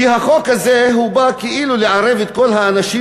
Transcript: כי החוק הזה בא כאילו לערב את כל האנשים,